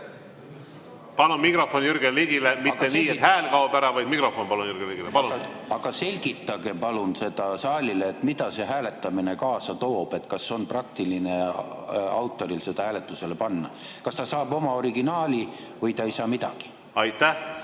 Palun mikrofon Jürgen Ligile! Mitte nii, et hääl kaob ära, vaid palun mikrofon Jürgen Ligile! Aga selgitage palun seda saalile, mida see hääletamine kaasa toob. Kas autoril on praktiline seda hääletusele panna, kas ta saab oma originaali või ta ei saa midagi? Aga